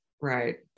right